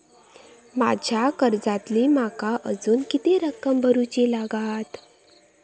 माझ्या कर्जातली माका अजून किती रक्कम भरुची लागात?